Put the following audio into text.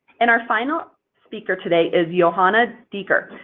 and our final speaker today is johanna diecker,